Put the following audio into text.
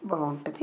బావుంటుంది